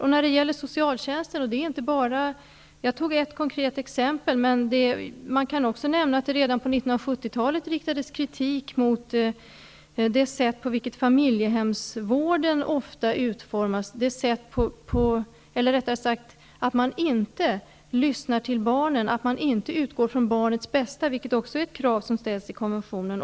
Jag tog ett konkret exempel när det gäller socialtjänsten, men man kan också nämna att det redan på 1970-talet riktades kritik mot det sätt på vilket familjehemsvården ofta utformades och mot att man inte lyssnade till barnen, att man inte utgick från barnens bästa, vilket också är ett krav som ställs i konventionen.